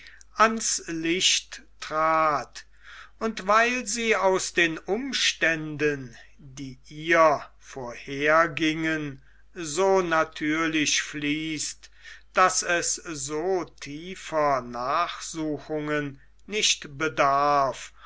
ans licht trat und weil sie aus den umständen die ihr vorhergingen so natürlich fließt daß es so tiefer nachsuchungen nicht bedarf